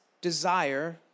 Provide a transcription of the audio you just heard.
desire